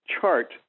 chart